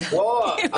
לא,